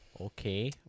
Okay